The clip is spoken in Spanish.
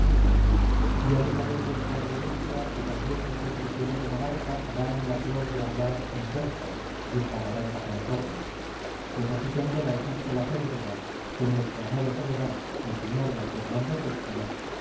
ha de saber vuestra reverencia que también nuestro prisionero monarca da en la flor de hablar en verso dijo amaranta con sorna pues aquí tengo la epístola férvida que nuestro amado soberano el sr d fernando